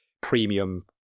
premium